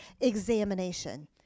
examination